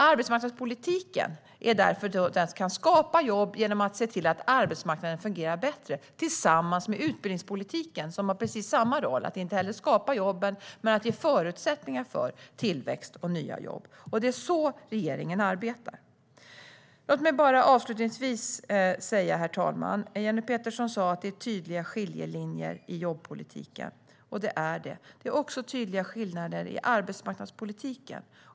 Arbetsmarknadspolitiken kan skapa jobb genom att se till att arbetsmarknaden fungerar bättre, tillsammans med utbildningspolitiken som har precis samma roll - inte att skapa jobb men att ge förutsättningar för tillväxt och nya jobb. Det är så regeringen arbetar. Herr talman! Jenny Petersson sa att det är tydliga skiljelinjer i jobbpolitiken, och det är det. Det är också tydliga skiljelinjer i arbetsmarknadspolitiken.